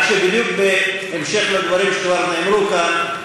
רק שבדיוק בהמשך לדברים שכבר נאמרו כאן,